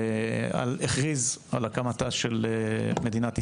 והכריז על הקמתה של מדינת ישראל.